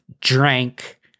drank